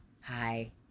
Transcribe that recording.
hi